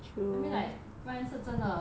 I mean like 虽然是真的